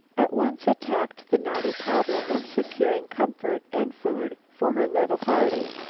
at once attacked the knotty problem of securing comfort and food for her little party.